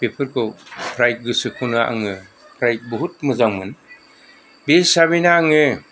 बेफोरखौ फ्राय गोसोखौनो आङो फ्राय बहुथ मोजां मोनो बे हिसाबैनो आङो